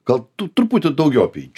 gal tu truputį daugiau apie jį